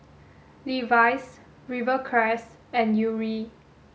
Levi's Rivercrest and Yuri